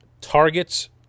targets